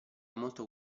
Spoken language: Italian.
molto